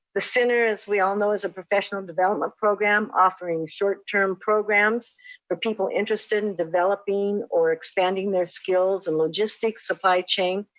the center, as we all know, is a professional development program offering short term programs for people interested in developing or expanding their skills in logistics, supply chain,